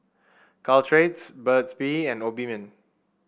Caltrate's Burt's Bee and Obimin